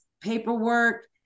paperwork